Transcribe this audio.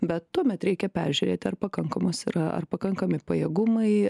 bet tuomet reikia peržiūrėti ar pakankamas yra ar pakankami pajėgumai